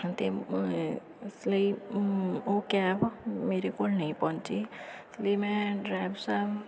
ਅਤੇ ਇਸ ਲਈ ਉਹ ਕੈਬ ਮੇਰੇ ਕੋਲ ਨਹੀਂ ਪਹੁੰਚੀ ਇਸ ਲਈ ਮੈਂ ਡਰਾਇਵ ਸਾਹਿਬ